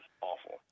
awful